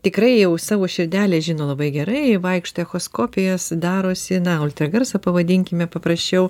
tikrai jau savo širdelę žino labai gerai vaikšto echoskopijas darosi na ultragarsą pavadinkime paprasčiau